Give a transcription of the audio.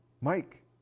Mike